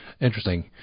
Interesting